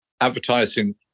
advertising